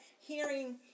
hearing